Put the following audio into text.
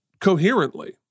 coherently